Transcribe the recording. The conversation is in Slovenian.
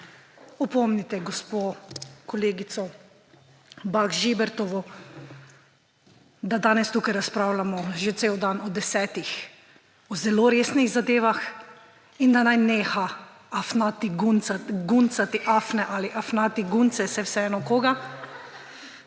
opomnite gospo kolegico Bah Žibert, da danes tukaj razpravljamo že cel dan od 10. ure o zelo resnih zadevah in da naj neha guncati afne ali afnati gunce, saj je vseeno, koga;